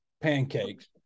pancakes